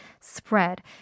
spread